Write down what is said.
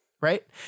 Right